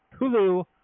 Hulu